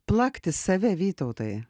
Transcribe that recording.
plakti save vytautai